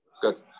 Good